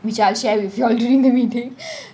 which I'll share with you all during the meeting